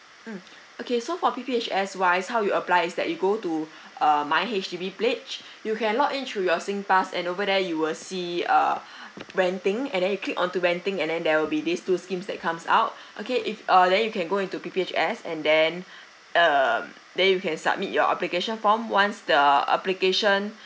mm okay so for P_P_H_S wise how you apply is that you go to uh my H_D_B pledge you can log in through your singpass and over there you will see uh renting and then you click onto renting and then there will be these two schemes that comes out okay if err then you can go into P_P_H_S and then err then you can submit your application form once the application